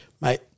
Mate